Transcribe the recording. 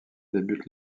débute